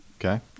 Okay